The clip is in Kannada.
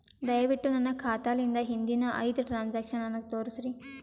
ದಯವಿಟ್ಟು ನನ್ನ ಖಾತಾಲಿಂದ ಹಿಂದಿನ ಐದ ಟ್ರಾಂಜಾಕ್ಷನ್ ನನಗ ತೋರಸ್ರಿ